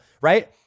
Right